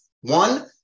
One